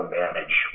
manage